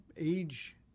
age